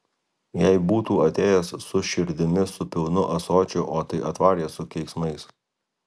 jei būtų atėjęs su širdimi su pilnu ąsočiu o tai atvarė su keiksmais